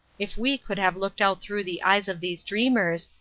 if we could have looked out through the eyes of these dreamers,